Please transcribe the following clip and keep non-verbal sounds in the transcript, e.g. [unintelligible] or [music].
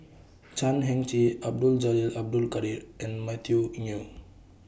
Chan Heng Chee Abdul Jalil Abdul Kadir and Matthew [unintelligible]